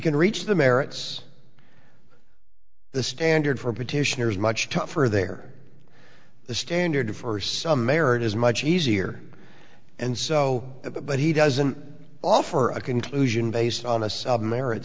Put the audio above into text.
can reach the merits the standard for petitioner is much tougher there the standard for some merit is much easier and so that the but he doesn't offer a conclusion based on a sub merit